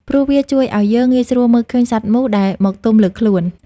ព្រោះវាជួយឱ្យយើងងាយស្រួលមើលឃើញសត្វមូសដែលមកទុំលើខ្លួន។